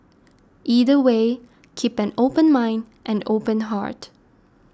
either way keep an open mind and open heart